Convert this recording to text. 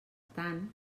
tant